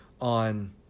on